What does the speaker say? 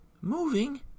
Moving